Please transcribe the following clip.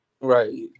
Right